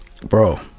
Bro